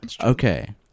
Okay